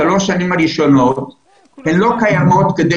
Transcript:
השלוש שנים הראשונות לא קיימות כדי